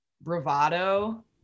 bravado